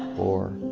or,